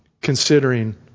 considering